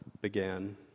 began